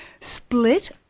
split